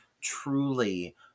truly